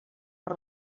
per